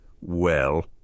Well